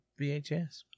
VHS